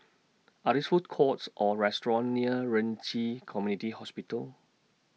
Are These Food Courts Or restaurants near Ren Ci Community Hospital